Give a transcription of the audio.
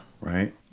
Right